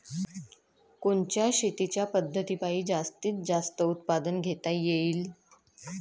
कोनच्या शेतीच्या पद्धतीपायी जास्तीत जास्त उत्पादन घेता येईल?